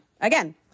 again